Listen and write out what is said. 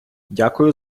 дякую